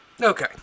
Okay